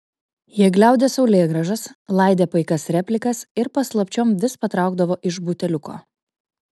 jie gliaudė saulėgrąžas laidė paikas replikas ir paslapčiom vis patraukdavo iš buteliuko